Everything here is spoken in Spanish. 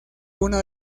una